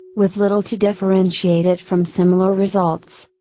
with little to differentiate it from similar results.